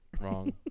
Wrong